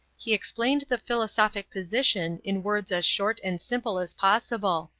he explained the philosophic position in words as short and simple as possible.